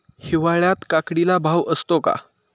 हिवाळ्यात काकडीला भाव असतो का?